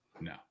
No